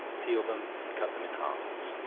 peel them and cut them in halves,